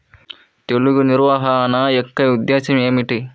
తెగులు నిర్వహణ యొక్క ఉద్దేశం ఏమిటి?